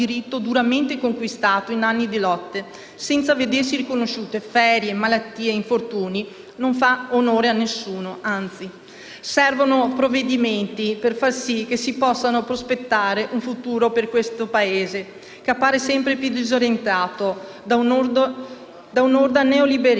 Servono provvedimenti per far si che si possa prospettare un futuro per questo Paese, che appare sempre più disorientato da una orda neoliberista, senza prospettare in continuazione speranze vane e mettendo da parte le mosse strategiche dettate solo dalle esigenze elettorali. *(Applausi del